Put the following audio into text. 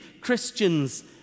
Christians